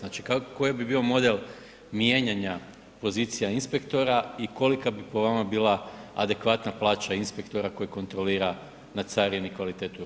Znači koji bi bio model mijenjanja pozicija inspektora i kolika bi po vama bila adekvatna plaća inspektora koji kontrolira na carini kvalitetu robe.